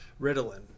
Ritalin